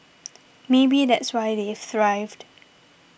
maybe that's why they've thrived